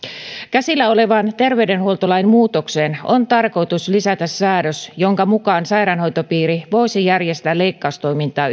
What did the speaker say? käsillä olevaan terveydenhuoltolain muutokseen on tarkoitus lisätä säädös jonka mukaan sairaanhoitopiiri voisi järjestää leikkaustoimintaa